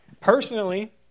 Personally